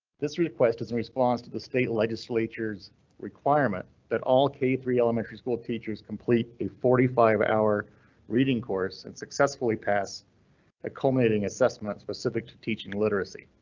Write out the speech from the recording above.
this request is in response to the state legislatures requirement that all k three elementary school teachers complete a forty five hour reading course and successfully pass the ah culminating assessment specific to teaching literacy.